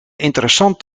interessant